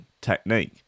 technique